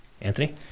Anthony